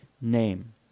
name